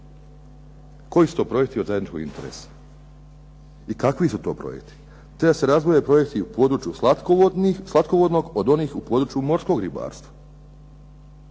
koji su to projekti od zajedničkog interesa i kakvi su to projekti. Te … /Govornik se ne razumije./… u području slatkovodnog od onog u području morskog ribarstva,